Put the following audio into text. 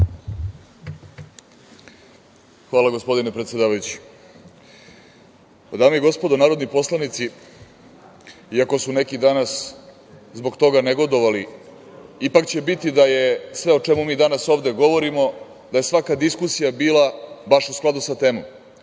Hvala, gospodine predsedavajući. Dame i gospodo narodni poslanici i ako su neki danas zbog toga negodovali, ipak će biti da je sve o čemu mi danas ovde govorimo, da je svaka diskusija bila baš u skladu sa temom,